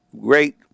great